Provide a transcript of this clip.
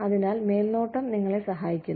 അതിനാൽ മേൽനോട്ടം നിങ്ങളെ സഹായിക്കുന്നു